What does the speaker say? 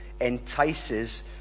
entices